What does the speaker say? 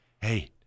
hey